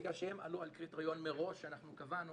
בגלל שהן ענו על קריטריון מראש שאנחנו קבענו